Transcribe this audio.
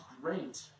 great